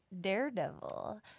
daredevil